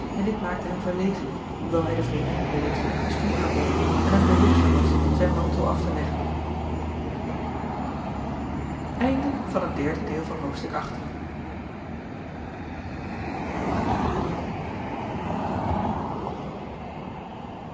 en dit maakte hem verlegen hoewel hij den vreemdeling beleefdelijk een stoel bood en hem behulpzaam was zijn mantel af te leggen